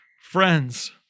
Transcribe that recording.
Friends